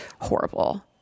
horrible